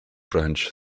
branch